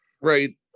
Right